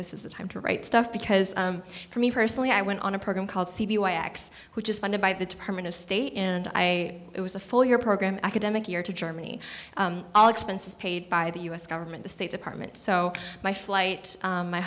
this is the time to write stuff because for me personally i went on a program called seaview i x which is funded by the department of state and i it was a full year program academic year to germany all expenses paid by the u s government the state department so my flight